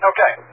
Okay